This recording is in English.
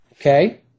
Okay